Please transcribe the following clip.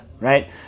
right